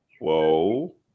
Whoa